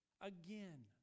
Again